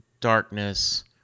Darkness